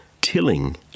tilling